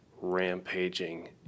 rampaging